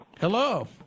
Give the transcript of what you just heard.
Hello